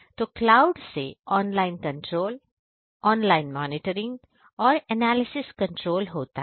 तो क्लाउड से online control online monitoring और एनालिसिस कंट्रोल होता है